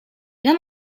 bien